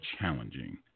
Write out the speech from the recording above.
challenging